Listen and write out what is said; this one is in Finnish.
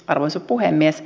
arvoisa puhemies